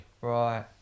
Right